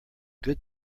good